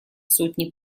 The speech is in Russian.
сотни